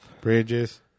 Bridges